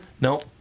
No